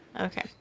Okay